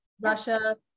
Russia